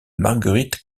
marguerite